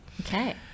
Okay